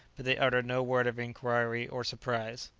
but they uttered no word of inquiry or surprise.